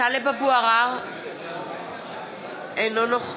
טלב אבו עראר, אינו נוכח